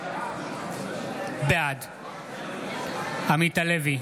בעד עמית הלוי,